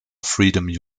freedom